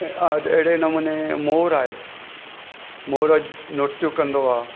अहिड़े नमूने मोर आहे मोर नृतु कंदो आहे